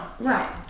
Right